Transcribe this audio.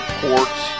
ports